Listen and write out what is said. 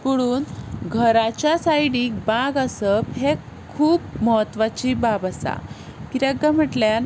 पुणून घराच्या सायडीक बाग आसप हें खूब म्हत्वाची बाब आसा कित्याक काय म्हटल्यार